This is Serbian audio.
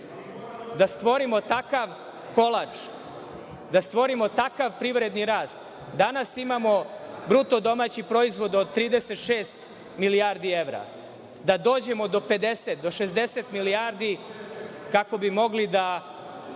Da stvorimo takav kolač, da stvorimo takav privredni rast, jer danas imamo bruto domaći proizvod od 36 milijardi evra i da dođemo do 60 milijardi kako bi mogli da